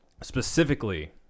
Specifically